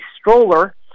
stroller